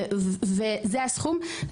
וזה הסכום.